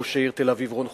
ראש העיר תל-אביב רון חולדאי,